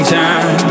time